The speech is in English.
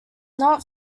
not